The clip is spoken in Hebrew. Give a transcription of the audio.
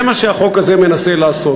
זה מה שהחוק הזה מנסה לעשות,